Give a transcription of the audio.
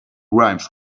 rhymes